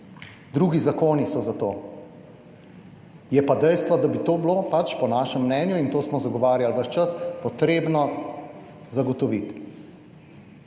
Drugi zakoni so za to. Je pa dejstvo, da bi to bilo po našem mnenju, in to smo zagovarjali ves čas, treba zagotoviti.